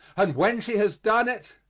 and when she has done it,